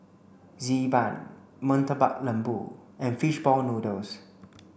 Xi Ban Murtabak Lembu and fish ball noodles